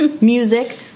Music